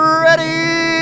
ready